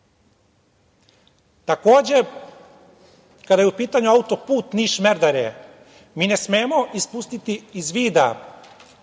zemlji. Takođe, kada je u pitanju autoput Niš-Merdare, mi ne smemo ispustiti iz vida